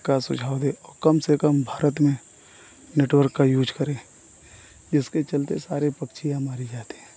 का सुझाव दे वह कम से कम भारत में नेटवर्क का यूज करें जिसके चलते सारे पक्षी मारे जाते हैं